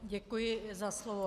Děkuji za slovo.